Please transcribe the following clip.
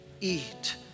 eat